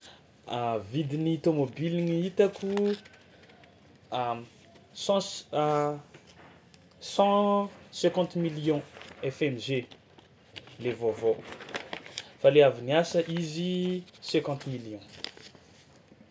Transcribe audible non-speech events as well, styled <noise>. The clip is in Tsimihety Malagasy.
<hesitation> Vidin'ny tômbôbiliny hitako <hesitation> cent s- <hesitation> cent cinquante millions fmg le vaovao <noise> fa le avy niasa izy cinquante millions. <noise>